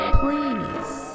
please